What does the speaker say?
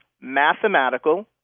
mathematical